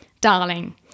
darling